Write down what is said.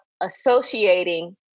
associating